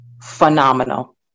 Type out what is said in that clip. phenomenal